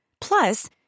Plus